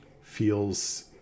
feels